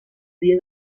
dia